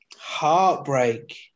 Heartbreak